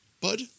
Bud